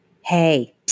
Hey